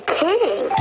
king